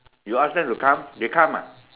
you ask them to come they come ah